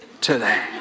today